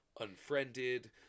Unfriended